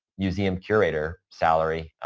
museum curator salary,